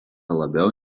labiau